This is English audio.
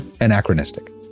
anachronistic